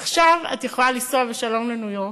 עכשיו את יכולה לנסוע בשלום לניו-יורק.